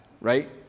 right